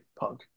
Punk